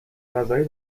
غذایی